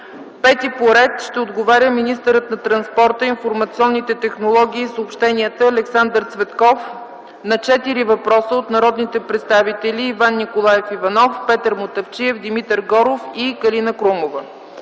Румен Овчаров. 5. Министърът на транспорта, информационните технологии и съобщенията Александър Цветков ще отговори на четири въпроса от народните представители Иван Николаев Иванов, Петър Мутафчиев, Димитър Горов и Калина Крумова.